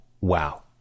wow